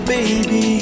Baby